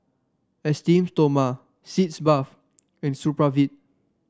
Esteem Stoma Sitz Bath and Supravit